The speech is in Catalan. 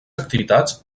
activitats